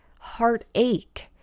heartache